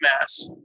mass